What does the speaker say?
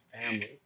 family